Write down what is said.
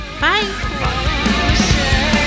Bye